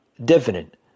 dividend